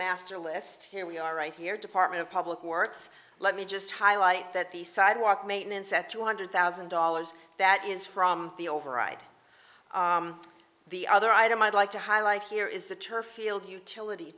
master list here we are right here department of public works let me just highlight that the sidewalk maintenance at two hundred thousand dollars that is from the override the other item i'd like to highlight here is the turf field utility